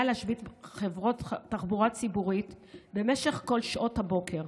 להשבית חברות תחבורה ציבורית במשך כל שעות הבוקר.